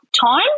time